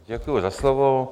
Děkuji za slovo.